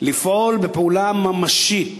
לפעול בפעולה ממשית